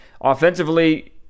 Offensively